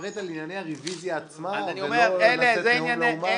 לפרט על ענייני הרביזיה עצמה ולא לתת נאום לאומה?